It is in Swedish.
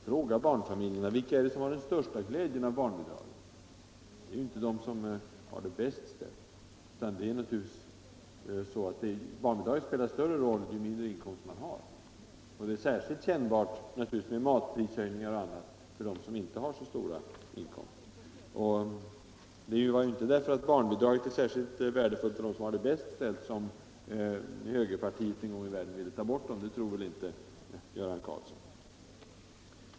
Fråga barnfamiljerna vilka som har den största glädjen av barnbidragen! Det är inte de som har det bäst ställt. Barnbidragen spelar naturligtvis större roll ju mindre inkomst man har. Och höjningar av matpriser och annat är också mest kännbara för dem som inte har så stora inkomster. Det var inte för att barnbidragen är särskilt värdefulla för dem som har det bäst ställt, som högerpartiet en gång i världen ville ta bort det första barnbidraget, det tror väl inte herr Karlsson.